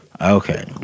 Okay